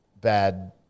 bad